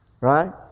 Right